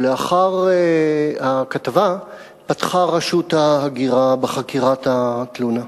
לאחר הפרסום פתחה רשות ההגירה בחקירת התלונה.